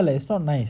it's not nice